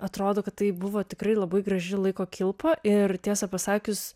atrodo kad tai buvo tikrai labai graži laiko kilpa ir tiesą pasakius